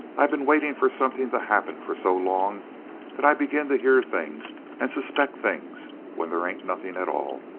i been waiting for something to happen for so long that i begin to hear things and suspect things where they ain't nothing at all.